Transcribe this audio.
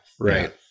Right